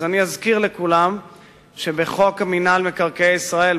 אזכיר לכולם שבחוק מינהל מקרקעי ישראל,